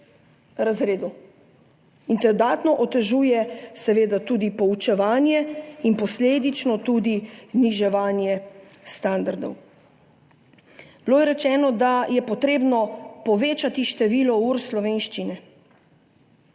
razredu in dodatno otežuje seveda tudi poučevanje in posledično tudi znižuje standarde. Bilo je rečeno, da je potrebno povečati število ur slovenščine.